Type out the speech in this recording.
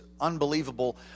unbelievable